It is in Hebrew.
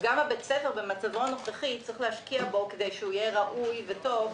וגם צריך להשקיע בבית הספר במצבו הנוכחי כדי שיהיה ראוי וטוב.